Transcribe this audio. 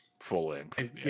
Full-length